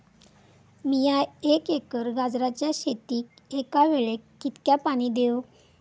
मीया एक एकर गाजराच्या शेतीक एका वेळेक कितक्या पाणी देव?